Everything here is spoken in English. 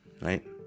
right